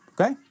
okay